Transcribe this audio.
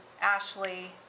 Ashley